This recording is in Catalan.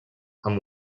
amb